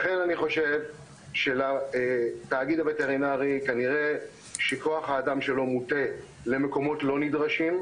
לכן אני חושב שכוח האדם של התאגיד הווטרינרי מוטה למקומות לא נדרשים,